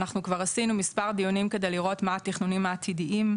אנחנו כבר עשינו מספר דיונים כדי לראות מה התכנונים העתידיים,